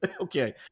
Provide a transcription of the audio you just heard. Okay